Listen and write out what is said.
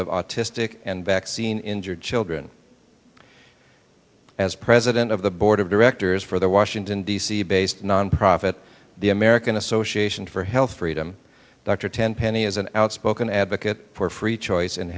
of autistic and vaccine injured children as president of the board of directors for the washington d c based nonprofit the american association for health freedom dr tenpenny is an outspoken advocate for free choice in